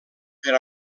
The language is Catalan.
per